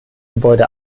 gebäude